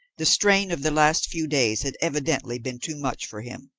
the strain of the last few days had evidently been too much for him.